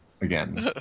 again